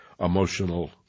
emotional